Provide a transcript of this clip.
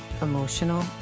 emotional